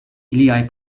iliaj